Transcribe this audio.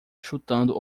chutando